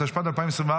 התשפ"ד 2024,